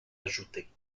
ajoutée